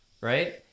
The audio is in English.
Right